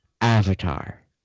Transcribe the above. Avatar